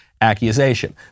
accusation